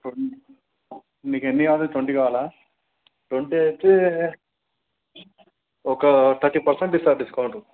మీకెన్ని కావాలి ట్వంటీ కావాలా ట్వంటీ అయితే ఒక తర్టీ పెర్సెంట్ ఇస్తా డిస్కౌంట్